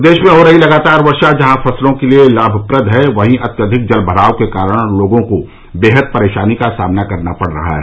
प्रदेश में हो रही लगातार वर्षा जहां फसलों के लिए लाभप्रद है वहीं अत्यधिक जल भराव के कारण लोगों को बेहद परेशानी का सामना करना पड़ रहा है